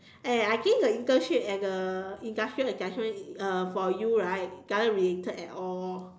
eh I think the internship and the industrial attachment uh for you right doesn't related at all lor